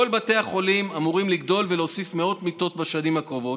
כל בתי החולים אמורים לגדול ולהוסיף מאות מיטות בשנים הקרובות,